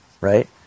Right